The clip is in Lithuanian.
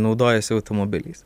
naudojasi automobiliais